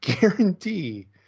guarantee